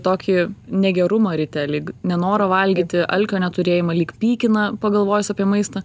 tokį negerumą ryte lyg nenorą valgyti alkio neturėjimą lyg pykina pagalvojus apie maistą